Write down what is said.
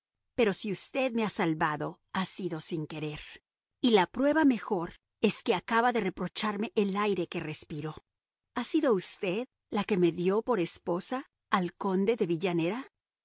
pero si usted me ha salvado ha sido sin querer y la prueba mejor es que acaba de reprocharme el aire que respiro ha sido usted la que me dio por esposa al conde de villanera